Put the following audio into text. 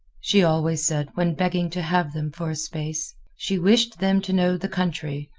she always said when begging to have them for a space. she wished them to know the country,